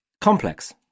complex